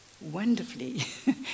Wonderfully